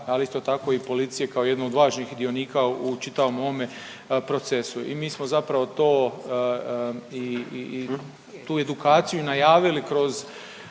ali isto tako i policije kao jedno od važnih dionika u čitavom ovome procesu. I mi smo zapravo to i tu edukaciju i najavili kroz